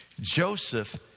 Joseph